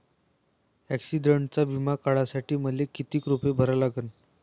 ॲक्सिडंटचा बिमा काढा साठी मले किती रूपे भरा लागन?